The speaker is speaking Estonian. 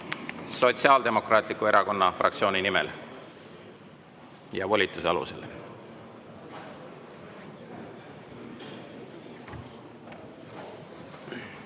Sotsiaaldemokraatliku Erakonna fraktsiooni nimel ja volituse alusel.